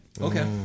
Okay